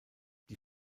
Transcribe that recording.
die